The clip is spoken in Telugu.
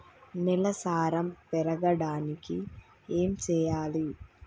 నేల సారం పెరగడానికి ఏం చేయాలి?